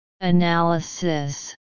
Analysis